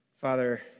Father